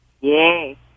Yay